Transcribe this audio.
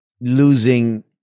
losing